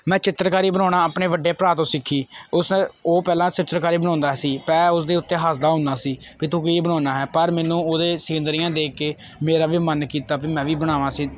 ਮੈਂ ਚਿੱਤਰਕਾਰੀ ਬਣਾਉਣਾ ਆਪਣੇ ਵੱਡੇ ਭਰਾ ਤੋਂ ਸਿੱਖੀ ਉਸ ਉਹ ਪਹਿਲਾਂ ਚਿੱਤਰਕਾਰੀ ਬਣਾਉਂਦਾ ਸੀ ਮੈਂ ਉਸਦੇ ਉੱਤੇ ਹੱਸਦਾ ਹੁੰਦਾ ਸੀ ਵੀ ਤੂੰ ਕੀ ਬਣਾਉਂਦਾ ਹੈ ਪਰ ਮੈਨੂੰ ਉਹਦੇ ਸਿਨਰੀਆਂ ਦੇਖ ਕੇ ਮੇਰਾ ਵੀ ਮਨ ਕੀਤਾ ਵੀ ਮੈਂ ਵੀ ਬਣਾਵਾਂ ਸਿ